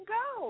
go